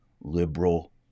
liberal